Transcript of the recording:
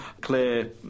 clear